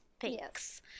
Thanks